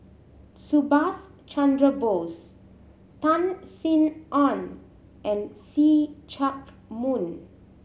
Subhas Chandra Bose Tan Sin Aun and See Chak Mun